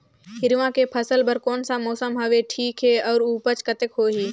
हिरवा के फसल बर कोन सा मौसम हवे ठीक हे अउर ऊपज कतेक होही?